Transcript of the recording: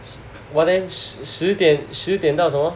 it's what then 十点十点到什么